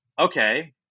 okay